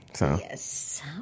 Yes